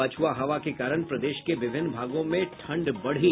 पछ्आ हवा के कारण प्रदेश के विभिन्न भागों में ठंड बढ़ी